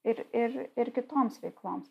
ir ir ir kitoms veikloms